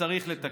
שצריך לתקן.